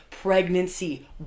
Pregnancy